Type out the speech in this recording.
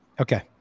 Okay